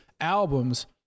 albums